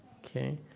Okay